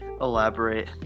elaborate